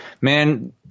Man